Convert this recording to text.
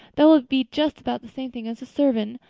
that will be just about the same thing as a sermon.